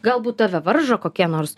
galbūt tave varžo kokie nors